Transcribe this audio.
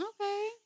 Okay